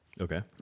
Okay